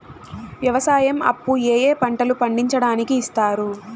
వ్యవసాయం అప్పు ఏ ఏ పంటలు పండించడానికి ఇస్తారు?